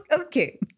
okay